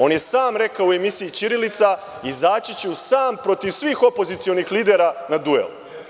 On je sam rekao u emisiji „Ćirilica“ – izaći ću sam protiv svih opozicionih lidera na duel.